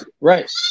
right